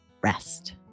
rest